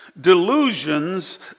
delusions